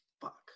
fuck